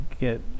get